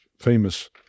famous